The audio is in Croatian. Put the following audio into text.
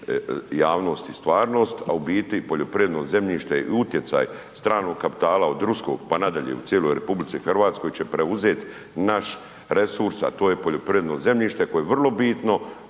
javnost i stvarnost a u biti poljoprivredno zemljište je utjecaj stranog kapitala od ruskog pa na dalje u cijeloj RH će preuzeti naš resurs a to je poljoprivredno zemljište koje je vrlo bitno